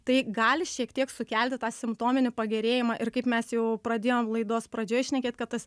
tai gali šiek tiek sukelti tą simptominį pagerėjimą ir kaip mes jau pradėjom laidos pradžioj šnekėt kad tas